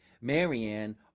Marianne